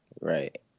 right